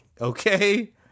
Okay